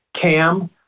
Cam